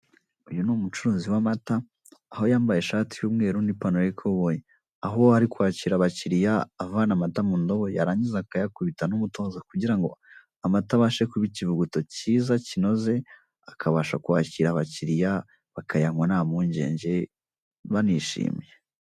Uyu ni umucuruzi w'amata, aho yambaye ishati y'umweru n'ipantaro y'ikoboyi, aho ari kwakira abakiriya avana amata mu ndobo, yarangiza akayakubita n'umutozo kugira ngo amata abashe kuba ikivuguto kiza kinoze, akabasha kwakira abakiriya bakayanywa nta mpungenge banishimye.